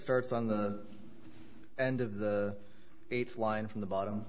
starts on the end of the eighth line from the bottom